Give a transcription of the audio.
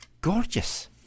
Gorgeous